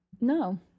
No